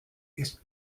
ist